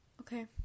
okay